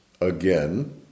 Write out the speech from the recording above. again